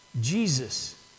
Jesus